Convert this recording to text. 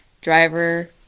driver